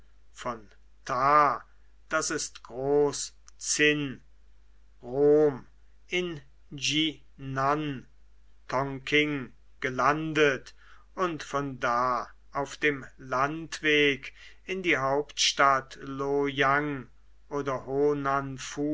von ta das ist groß tsin rom in ji nan tongking gelandet und von da auf dem landweg in die hauptstadt lo yang oder